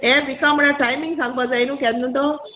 हें व्हिका म्हुळ्यार टायमींग सांगपा जाय न्हू केन्ना तो